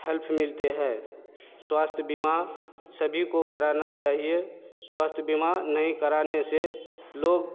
help मिलते है स्वास्थ्य बीमा सभी को कराना चाहिए स्वास्थ्य बीमा नहीं कराने से लोग